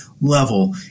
level